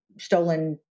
stolen